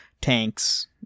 tanks